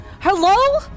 Hello